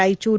Raichur